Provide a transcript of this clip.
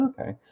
Okay